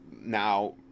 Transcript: now